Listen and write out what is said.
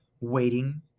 waiting